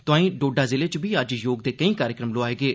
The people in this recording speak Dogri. तोआई डोड़ा जिले च बी अज्ज योग दे केई कार्यक्रम लोआए गे